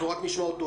אנחנו רק נשמע אותו.